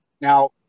now